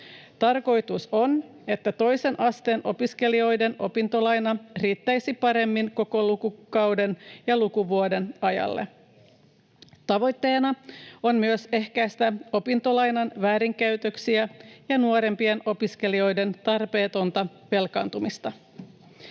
Tarkoitus on, että toisen asteen opiskelijoiden opintolaina riittäisi paremmin koko lukukauden ja lukuvuoden ajalle. Tavoitteena on myös ehkäistä opintolainan väärinkäytöksiä ja nuorempien opiskelijoiden tarpeetonta velkaantumista.